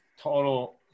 total –